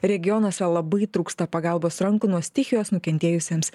regionuose labai trūksta pagalbos rankų nuo stichijos nukentėjusiems